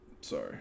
Sorry